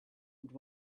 would